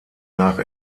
nach